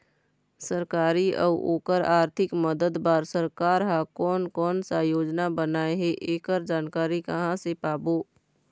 सरकारी अउ ओकर आरथिक मदद बार सरकार हा कोन कौन सा योजना बनाए हे ऐकर जानकारी कहां से पाबो?